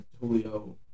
Julio